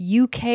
UK